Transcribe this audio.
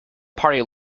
party